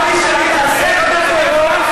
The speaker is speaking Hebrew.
תשכחו.